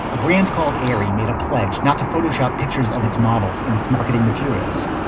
a brand called aeris made a pledge not to photoshop pictures of its models in its marketing materials.